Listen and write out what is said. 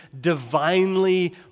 divinely